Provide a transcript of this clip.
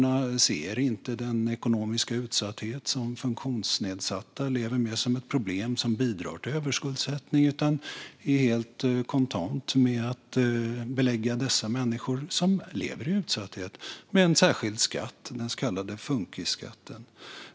Vi har lärt oss att de inte ser den ekonomiska utsatthet som funktionsnedsatta lever med som ett problem som bidrar till överskuldsättning utan att de är helt contents med att belägga dessa människor, som lever i utsatthet, med en särskild skatt - den så kallade funkisskatten.